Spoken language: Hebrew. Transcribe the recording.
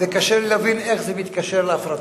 וקשה לי להבין איך זה מתקשר להפרטה.